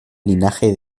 linaje